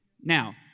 Now